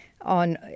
on